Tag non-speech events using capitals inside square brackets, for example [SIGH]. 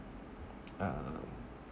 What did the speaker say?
[NOISE] uh